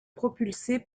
propulsé